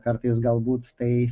kartais galbūt tai